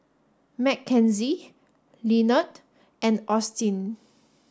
Mckenzie Lenard and Austyn